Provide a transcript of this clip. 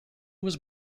was